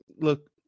look